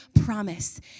promise